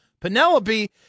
Penelope